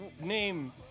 name